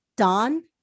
Dawn